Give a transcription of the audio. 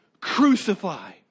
crucify